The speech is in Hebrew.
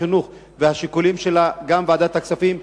החינוך והשיקולים שלה וגם את ועדת הכספים,